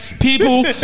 People